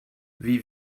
wie